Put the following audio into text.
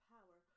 Power